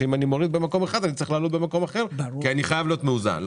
שאם מורידים במקום אחד צריך להעלות במקום אחר כי אני צריך להיות מאוזן.